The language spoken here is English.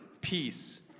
peace